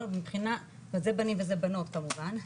מבחינה זה בנים וזה בנות כמובן,